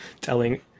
telling